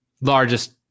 Largest